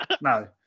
No